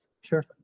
sure